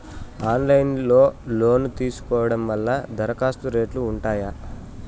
Online లో లోను తీసుకోవడం వల్ల దరఖాస్తు రేట్లు ఉంటాయా?